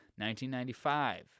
1995